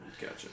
Gotcha